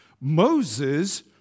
Moses